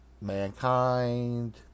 mankind